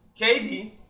KD